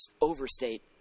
overstate